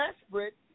desperate